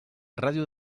ràdio